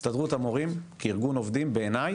הסתדרות המורים, כארגון עובדים, בעיניי,